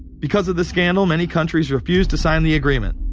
because of the scandal many countries refused to sign the agreement.